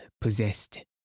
possessed